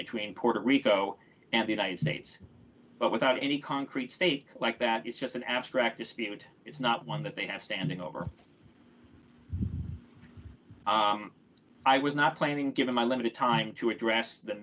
between puerto rico and the united states but without any concrete stake like that it's just an abstract dispute is not one that they have standing over i was not planning given my limited time to address the